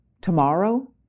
tomorrow